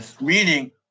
meaning